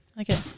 okay